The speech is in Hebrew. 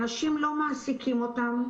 אנשים לא מעסיקים אותם,